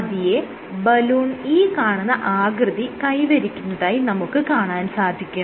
പതിയെ ബലൂൺ ഈ കാണുന്ന ആകൃതി കൈവരിക്കുന്നതായി നമുക്ക് കാണാൻ സാധിക്കും